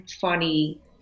funny